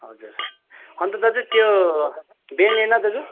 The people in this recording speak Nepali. हजुर अन्त दाजु त्यो बनाना दाजु